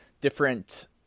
different